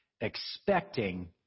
expecting